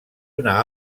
una